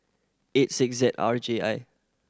eight six Z R J I